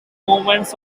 movements